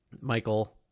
Michael